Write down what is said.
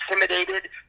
intimidated